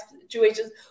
situations